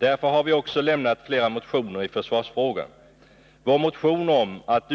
Därför har vi också väckt flera motioner i försvarsfrågan. Vår motion om att